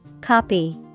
Copy